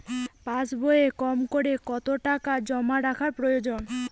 পাশবইয়ে কমকরে কত টাকা জমা রাখা প্রয়োজন?